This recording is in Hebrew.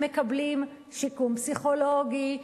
הם מקבלים שיקום פסיכולוגי,